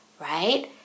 right